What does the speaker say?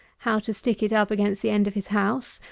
how to stick it up against the end of his house,